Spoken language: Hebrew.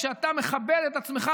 כשאתה מכבד את עצמך,